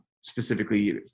specifically